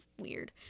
weird